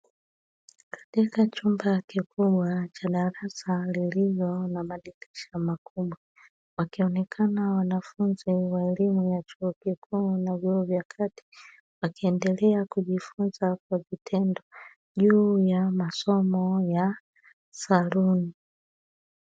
Katika chumba kikubwa cha darasa lililo na madirisha makubwa wakionekana wanafunzi wa elimu ya chuo kikuu na vyuo vya kati, wakiendelea kujifunza kwa vitendo juu ya masomo ya saluni.